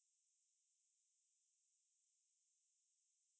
ya uh and I read err overpopulation also plays a part